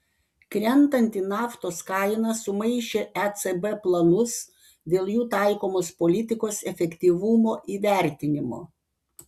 krentanti naftos kaina sumaišė ecb planus dėl jų taikomos politikos efektyvumo įvertinimo